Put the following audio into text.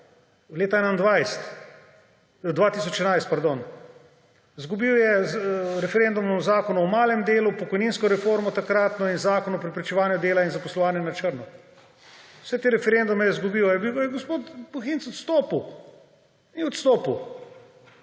pardon. Izgubil je z referendumom o Zakonu o malem delu, pokojninsko reformo takratno in Zakon o preprečevanju dela in zaposlovanja na črno. Vse te referendume je izgubil? Ali je gospod Svetlik odstopil? Ni odstopil!